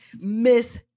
Miss